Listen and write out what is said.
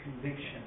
conviction